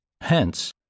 Hence